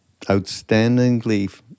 outstandingly